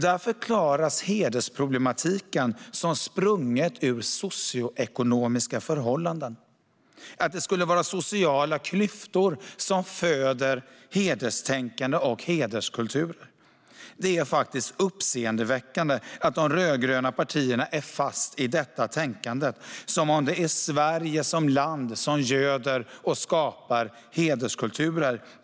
Där förklaras hederproblematiken som sprungen ur socioekonomiska förhållanden, och där sägs att det skulle vara sociala klyftor som föder hederstänkande och hederskultur. Det är faktiskt uppseendeväckande att de rödgröna partierna är fast i detta tänkande - som om det är Sverige som land som göder och skapar hederskulturer.